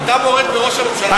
אתה מורד בראש הממשלה שלך?